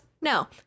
No